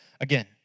again